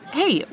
hey